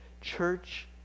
Church